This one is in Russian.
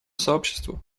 сообществу